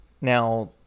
Now